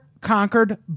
conquered